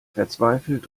verzweifelt